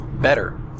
better